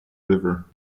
river